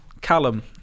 Callum